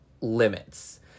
limits